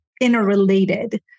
interrelated